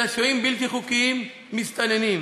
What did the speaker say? אלא שוהים בלתי חוקיים, מסתננים.